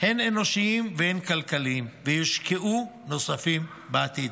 הן אנושיים והן כלכליים, ויושקעו נוספים בעתיד.